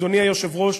אדוני היושב-ראש,